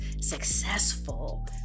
successful